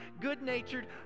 good-natured